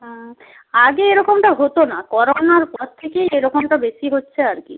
হুম আগে এরকমটা হতো না করোনার পর থেকেই এরকমটা বেশি হচ্ছে আর কি